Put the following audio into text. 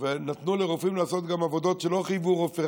ונתנו לרופאים לעשות גם עבודות שלא חייבו רופא,